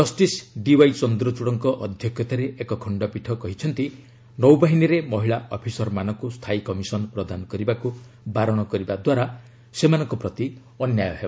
justice DY ଚନ୍ଦ୍ରଚୂଡଙ୍କ ଅଧ୍ୟକ୍ଷତାରେ ଏକ ଖଣ୍ଡପୀଠ କହିଛନ୍ତି ନୌବାହିନୀରେ ମହିଳା ଅଫିସରମାନଙ୍କୁ ସ୍ଥାୟୀ କମିଶନ ପ୍ରଦାନ କରିବାକ୍ ବାରଣ କରିବା ଦ୍ୱାରା ସେମାନଙ୍କ ପ୍ରତି ଅନ୍ୟାୟ ହେବ